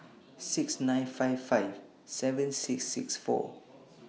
six nine five five seven six six four